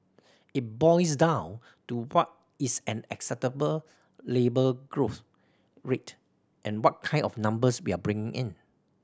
it boils down to what is an acceptable labour growth rate and what kind of numbers we are bringing in